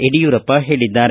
ಯಡಿಯೂರಪ್ಪ ಹೇಳಿದ್ದಾರೆ